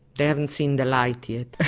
they haven't seen the light yet.